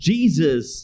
Jesus